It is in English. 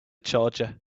charger